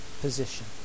position